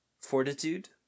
Fortitude